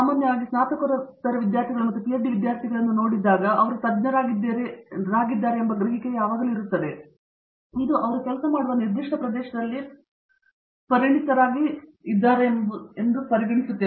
ಸಾಮಾನ್ಯವಾಗಿ ನೀವು ಸ್ನಾತಕೋತ್ತರ ವಿದ್ಯಾರ್ಥಿಗಳು ಮತ್ತು ಪಿಎಚ್ಡಿ ವಿದ್ಯಾರ್ಥಿಗಳನ್ನು ನೋಡುವಾಗ ಅವರು ತಜ್ಞರಾಗಿದ್ದಾರೆ ಎಂದು ಈ ಗ್ರಹಿಕೆಯು ಯಾವಾಗಲೂ ಇರುತ್ತದೆ ಇದು ಅವರು ಕೆಲಸ ಮಾಡುವ ನಿರ್ದಿಷ್ಟ ಪ್ರದೇಶದಲ್ಲಿ ಪರಿಣತರಾಗಿ ಪರಿಣಮಿಸುತ್ತದೆ